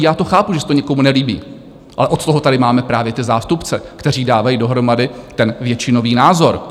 Já to chápu, že se to někomu nelíbí, ale od toho tady máme právě ty zástupce, kteří dávají dohromady ten většinový názor.